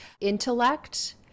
intellect